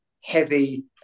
heavy